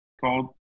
called